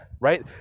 right